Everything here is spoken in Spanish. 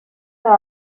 debe